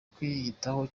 kwiyitaho